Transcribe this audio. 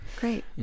great